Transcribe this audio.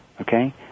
okay